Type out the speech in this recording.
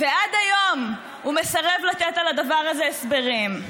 ועד היום הוא מסרב לתת על הדבר הזה הסברים.